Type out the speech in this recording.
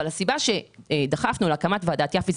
אבל הסיבה לכך שדחפנו להקמת ועדת יפה,